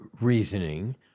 reasoning